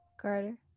Carter